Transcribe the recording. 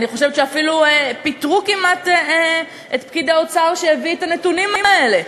אני חושבת שאפילו כמעט פיטרו את פקיד האוצר שהביא את הנתונים האלה.